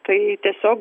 tai tiesiog